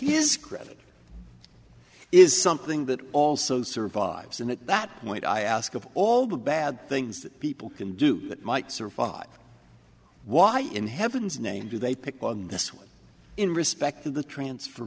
his credit is something that also survives and at that point i ask of all the bad things people can do that might survive why in heaven's name do they pick on this one in respect of the transfer